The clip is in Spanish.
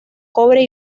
cobre